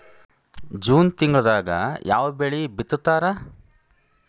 June ತಿಂಗಳದಾಗ ಯಾವ ಬೆಳಿ ಬಿತ್ತತಾರ?